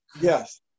Yes